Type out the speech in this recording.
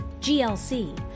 GLC